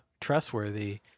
trustworthy